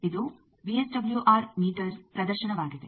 ಇದು VSWR meter ಪ್ರದರ್ಶನವಾಗಿದೆ